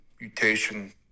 mutation